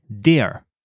dear